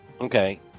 Okay